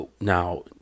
Now